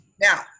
Now